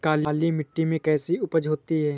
काली मिट्टी में कैसी उपज होती है?